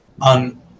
on